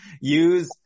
Use